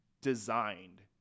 designed